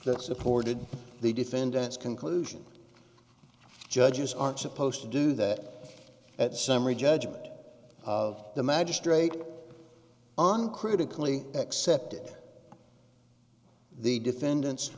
that supported the defendant's conclusion judges aren't supposed to do that at summary judgment of the magistrate on critically accepted the defendant